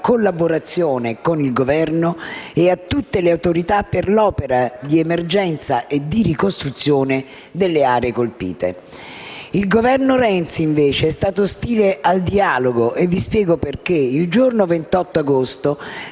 collaborazione con il Governo e con tutte le autorità per l'opera di emergenza e di ricostruzione delle aree colpite. Il Governo Renzi, invece, è stato ostile al dialogo e mi accingo a spiegarvi perché. Il giorno 28 agosto